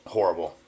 Horrible